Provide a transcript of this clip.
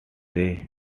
they